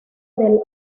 del